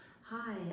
hi